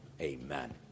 Amen